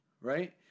right